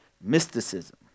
mysticism